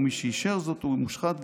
ומי שאישר זאת הוא איש מושחת,